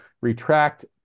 retract